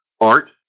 art